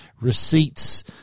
receipts